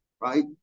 right